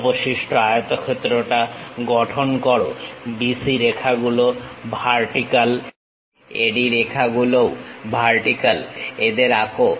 অবশিষ্ট আয়তক্ষেত্রটা গঠন করো BC রেখাগুলো ভার্টিক্যাল AD রেখাগুলোও ভার্টিক্যাল এদের আঁকো